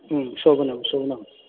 शोभनं शोभनम्